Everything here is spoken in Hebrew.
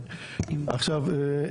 עוד פעם,